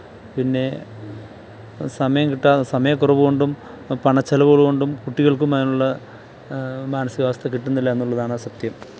പിന്നെ സമയം കിട്ടാതെ സമയക്കുറവ് കൊണ്ടും പണ ചിലവുകൾ കൊണ്ടും കുട്ടികൾക്കും അതിനുള്ള മാനസികാവസ്ഥ കിട്ടുന്നില്ല എന്നുള്ളതാണ് സത്യം